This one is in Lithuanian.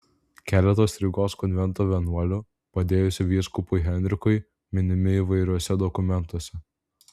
keletas rygos konvento vienuolių padėjusių vyskupui henrikui minimi įvairiuose dokumentuose